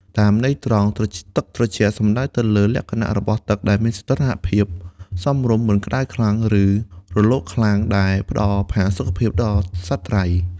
តាមន័យត្រង់ ទឹកត្រជាក់ សំដៅទៅលើលក្ខណៈរបស់ទឹកដែលមានសីតុណ្ហភាពសមរម្យ មិនក្ដៅខ្លាំង ឬរលកខ្លាំង ដែលផ្ដល់ផាសុកភាពដល់សត្វត្រី។